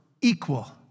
equal